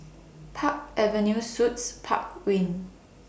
Park Avenue Suites Park Wing